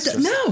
No